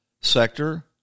sector